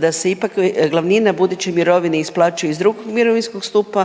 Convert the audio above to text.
da se ipak glavnina buduće mirovine isplaćuje iz 2. mirovinskog stupa